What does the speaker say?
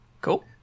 Cool